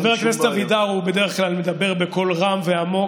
חבר הכנסת אבידר מדבר בדרך כלל בקול רם ועמוק.